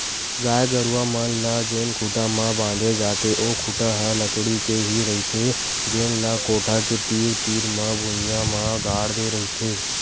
गाय गरूवा मन ल जेन खूटा म बांधे जाथे ओ खूटा ह लकड़ी के ही रहिथे जेन ल कोठा के तीर तीर म भुइयां म गाड़ दे रहिथे